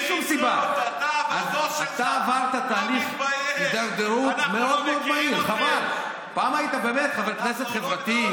היית עולה לדוכן הזה, מגדף, מגדף, זורק רפש,